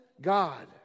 God